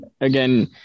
again